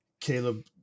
Caleb